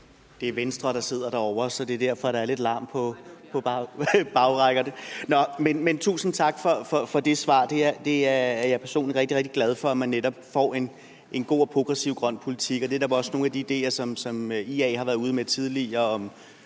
Det er Venstre, der sidder derovre, så det er derfor, der er lidt larm på de bageste rækker. Tusind tak for det svar. Jeg er personligt rigtig, rigtig glad for, at man får en god og progressiv grøn politik, og det er netop også nogle af de ideer, som IA har været ude med tidligere,